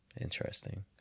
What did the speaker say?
Interesting